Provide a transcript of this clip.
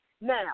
Now